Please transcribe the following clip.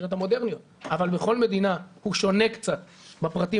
המדינות המודרניות אבל בכל מדינה הוא קצת שונה בפרטים